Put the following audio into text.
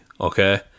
Okay